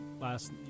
last